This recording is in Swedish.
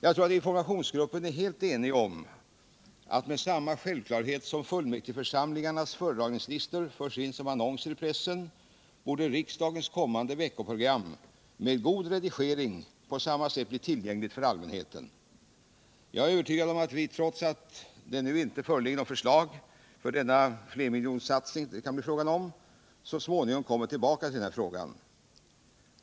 Jag tror att informationsgruppen är helt enig om att med samma självklarhet som fullmäktigeförsamlingarnas föredragningslistor förs in som annonser i pressen borde riksdagens kommande veckoprogram med god redigering på samma sätt bli tillgängligt för allmänheten. Jag är övertygad om att vi — trots att det nu inte föreligger något förslag när det gäller denna flermiljonerssatsning som det kan bli fråga om -— så småningom kommer tillbaka till denna fråga.